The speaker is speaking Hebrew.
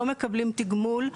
לא מקבלים תגמול.